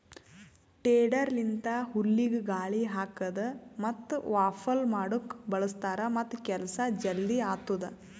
tedder ಲಿಂತ ಹುಲ್ಲಿಗ ಗಾಳಿ ಹಾಕದ್ ಮತ್ತ ವಾಫಲ್ ಮಾಡುಕ್ ಬಳ್ಸತಾರ್ ಮತ್ತ ಕೆಲಸ ಜಲ್ದಿ ಆತ್ತುದ್